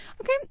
Okay